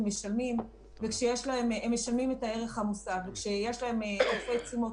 ואני חוזרת לנושא מיסוי רווחים ממשאבי טבע,